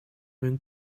mewn